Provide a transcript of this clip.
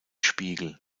spiegel